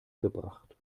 gebracht